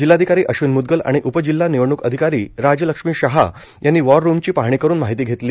जिल्हाधिकारी अष्विन म्द्गल आणि उपजिल्हा निवडणूक अधिकारी राजलक्ष्मी शहा यांनी वॉर रूमची पाहणी करून माहिती घेतली